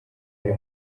ari